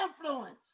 influence